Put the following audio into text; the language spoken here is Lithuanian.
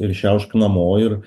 ir šiaušk namo ir